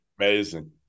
Amazing